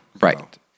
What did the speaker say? Right